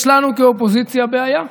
יש לנו כאופוזיציה בעיה,